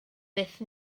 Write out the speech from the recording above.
beth